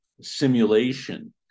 simulation